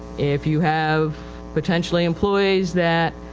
if you have potentially employees that